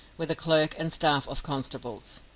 with a clerk and staff of constables,